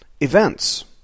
events